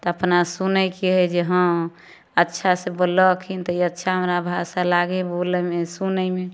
तऽ अपना सुनयके हइ जे हँ अच्छा से बोललखिन तऽ ई अच्छा हमरा भाषा लागल बोलयमे सुनयमे